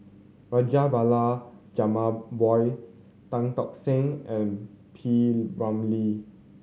Rajabali Jumabhoy Tan Tock San and P Ramlee